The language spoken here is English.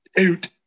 Out